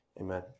Amen